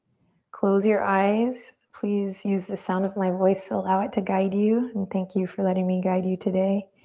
close your eyes. please use the sound of my voice to allow it to guide you. and thank you for letting me guide you today.